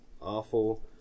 awful